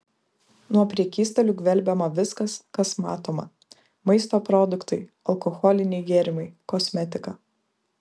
nuo prekystalių gvelbiama viskas kas matoma maisto produktai alkoholiniai gėrimai kosmetika